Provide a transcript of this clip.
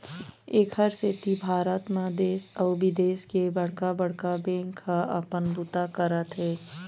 एखरे सेती भारत म देश अउ बिदेश के बड़का बड़का बेंक ह अपन बूता करत हे